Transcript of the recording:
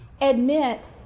Admit